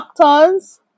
doctors